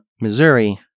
Missouri